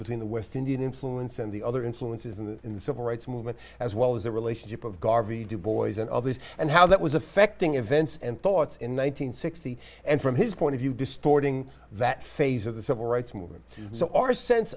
between the west indian influence and the other influences in the in the civil rights movement as well as the relationship of garvey to boys and others and how that was affecting events and thoughts in one nine hundred sixty and from his point of view distorting that phase of the civil rights movement so our sense